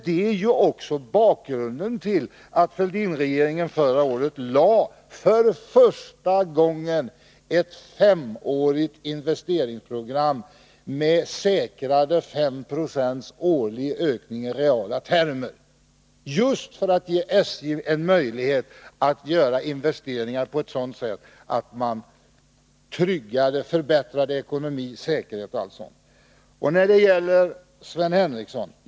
Det är ju bakgrunden till att Fälldinregeringen förra året lade fram för första gången ett femårigt investeringsprogram med säkrad femprocentig årlig ökning i reala termer, just för att ge SJ en möjlighet att göra investeringar på ett sådant sätt att det förbättrar ekonomi, säkerhet och allt sådant. Så några ord till Sven Henricsson.